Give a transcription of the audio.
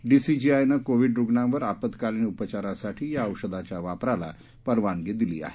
डीसीजीआयनं COVID रूग्णांवर आपत्कालीन उपचारासाठी या औषधाच्या वापराला परवानगी दिली आहे